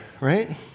right